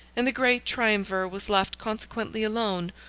and the great triumvir was left consequently alone,